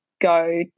go